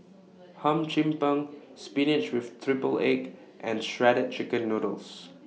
Hum Chim Peng Spinach with Triple Egg and Shredded Chicken Noodles